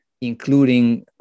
including